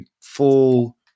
full